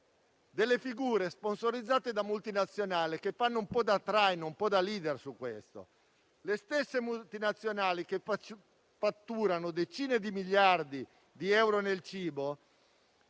delle figure sponsorizzate da multinazionali, che fanno un po' da traino e da *leader* su questo aspetto. Sono le stesse multinazionali che fatturano decine di miliardi di euro con il cibo